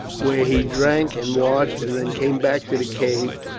where he drank and washed, and then came back to the cave,